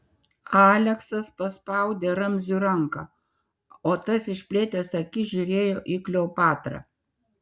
aleksas paspaudė ramziui ranką o tas išplėtęs akis žiūrėjo į kleopatrą